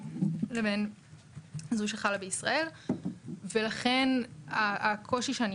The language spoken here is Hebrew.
בין זו שחלה באזור לבין זו שחלה בישראל ולכן הקושי שאני